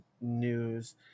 news